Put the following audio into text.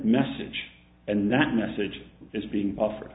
message and that message is being offered